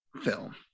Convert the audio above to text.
film